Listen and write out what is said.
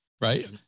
Right